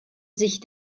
sich